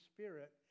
Spirit